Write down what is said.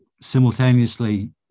Simultaneously